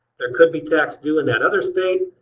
there could be tax due in that other state.